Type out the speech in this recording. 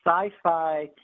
sci-fi